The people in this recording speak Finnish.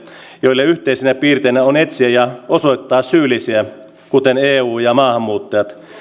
joille yhteisenä piirteenä on etsiä ja osoittaa syyllisiä kuten eu ja maahanmuuttajat